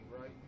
right